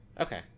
Okay